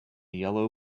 yellow